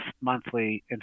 monthly